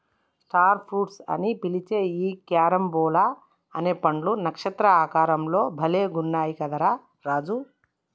star fruits అని పిలిచే ఈ క్యారంబోలా అనే పండ్లు నక్షత్ర ఆకారం లో భలే గున్నయ్ కదా రా రాజు